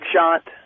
Shot